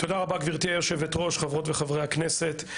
תודה רבה גברתי יושבת הראש, חברות וחברי הכנסת.